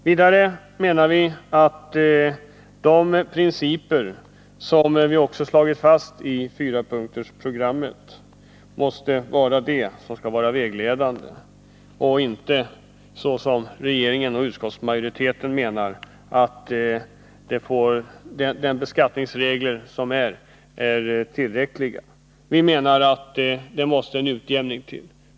Vidare menar vi, som vi också slagit fast i fyrapunktsprogrammet, att det är dessa principer som måste vara vägledande. Vi anser inte, som regeringen och utskottsmajoriteten gör, att de beskattningsregler som finns är tillräckliga. Vi anser att en utjämning måste komma till stånd.